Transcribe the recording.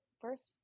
first